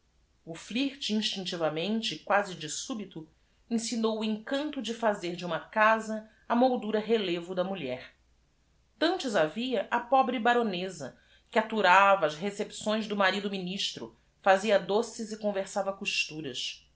r inatinctivamente e quasi de súbito ensinou o encanto de fazer de uma casa a muldura relevo da mulher antes havia a pobre baroneza que aturava as recepções do mari do ministro fazia doces e conversava costuras